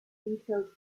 detailed